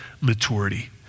maturity